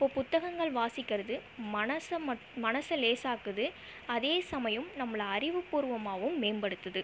இப்போ புத்தகங்கள் வாசிக்கறது மனசை மட் மனசை லேசாக்குது அதே சமயம் நம்மளை அறிவு பூர்வமாகவும் மேம்படுத்துது